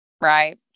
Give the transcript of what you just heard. right